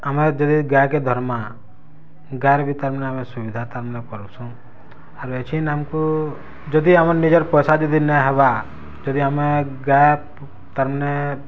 ଆମର୍ ଯଦି ଗାଁ କେ ଦରମା ଗାଁ ରେ ବି ତାର୍ ମାନେ ସୁବିଧା ତାର୍ ମାନେ ପରସୁ ଆରୁ ଏଛିନ୍ ଆମକୁ ଯଦି ଆମର୍ ନିଜର୍ ପଇସା ଯଦି ନା ହେବା ଯଦି ଆମେ ଗା ତାର୍ ମାନେ